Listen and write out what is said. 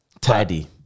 Tidy